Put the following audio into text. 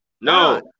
no